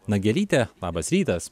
nagelyte labas rytas